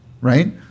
right